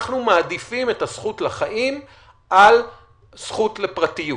אנחנו מעדיפים את הזכות לחיים על הזכות לפרטיות.